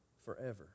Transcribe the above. forever